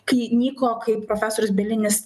kai nyko kaip profesorius bielinis